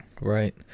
right